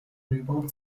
remote